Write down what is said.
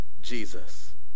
Jesus